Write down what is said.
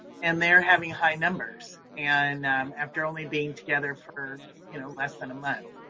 and they're having high numbers and after only being together for you know less than a month.